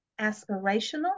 aspirational